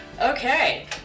Okay